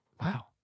Wow